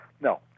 no